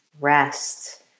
rest